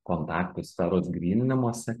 kontaktų sferos gryninimosi